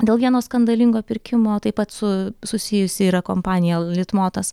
dėl vieno skandalingo pirkimo taip pat su susijusi yra kompanija litmotas